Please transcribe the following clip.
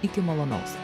iki malonaus